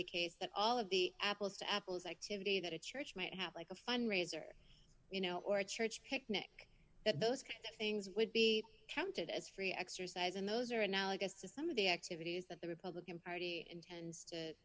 the case that all of the apples to apples activity that a church might have like a fundraiser you know or a church picnic that those kind of things would be counted as free exercise and those are analogous to some of the activities that the republican party intends to